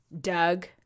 Doug